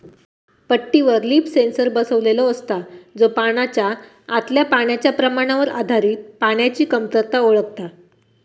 पट्टीवर leaf sensor बसवलेलो असता, जो पानाच्या आतल्या पाण्याच्या प्रमाणावर आधारित पाण्याची कमतरता ओळखता